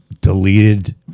deleted